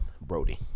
Brody